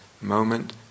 moment